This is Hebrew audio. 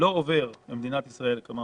זה לא משהו שצריך לעבור במדינת ישראל.